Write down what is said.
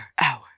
hour